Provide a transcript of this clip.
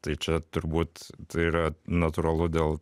tai čia turbūt tai yra natūralu dėl